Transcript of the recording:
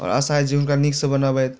आओर आशा अइ जे हुनका नीकसँ बनाबथि